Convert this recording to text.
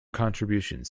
contributions